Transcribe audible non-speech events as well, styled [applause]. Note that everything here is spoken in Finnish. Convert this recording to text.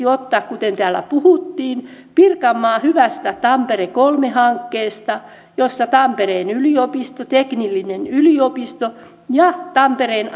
[unintelligible] ottaa kuten täällä puhuttiin pirkanmaan hyvästä tampere kolme hankkeesta jossa tampereen yliopisto teknillinen yliopisto ja tampereen [unintelligible]